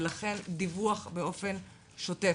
ולכן יש צורך בדיווח באופן שוטף.